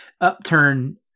upturn